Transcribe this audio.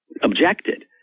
objected